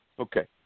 Okay